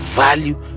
value